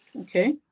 okay